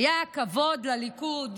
היה כבוד לליכוד.